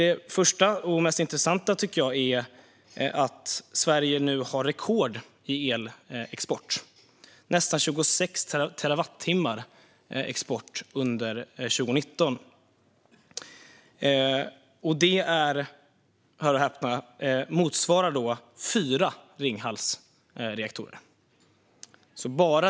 Det första och mest intressanta tycker jag är att Sverige nu har rekord i elexport: nästan 26 terawattimmar under 2019. Detta motsvarar - hör och häpna! - fyra Ringhalsreaktorer.